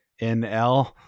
nl